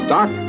Doc